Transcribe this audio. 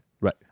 Right